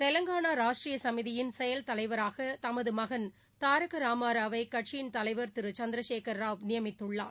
தெலங்கானா ராஷ்டிரியசமிதியின் செயல் தலைவராகதமதுமகன் கேதாரகராமராவை கட்சியின் தலைவர் திருசந்திரசேகரராவ் நியமித்துள்ளார்